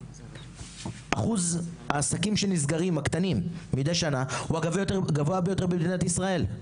אחוז העסקים הקטנים שנסגרים מדי שנה הוא הגבוה ביותר במדינת ישראל.